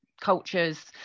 cultures